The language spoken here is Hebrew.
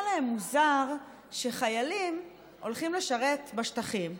להם מוזר שחיילים הולכים לשרת בשטחים,